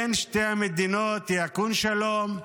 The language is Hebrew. בין שתי המדינות ייכון שלום,